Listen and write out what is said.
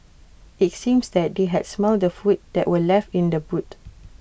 IT seemed that they had smelt the food that were left in the boot